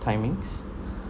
timings